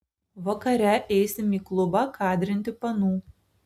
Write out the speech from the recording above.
vakare eisim į klubą kadrinti panų